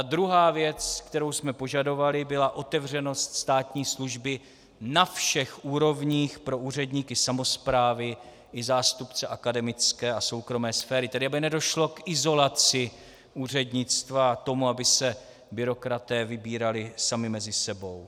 Druhá věc, kterou jsme požadovali, byla otevřenost státní služby na všech úrovních pro úředníky samosprávy i zástupce akademické a soukromé sféry, tedy aby nedošlo k izolaci úřednictva a k tomu, aby se byrokraté vybírali sami mezi sebou.